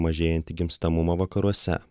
mažėjantį gimstamumą vakaruose